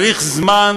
צריך זמן